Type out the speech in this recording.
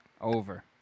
Over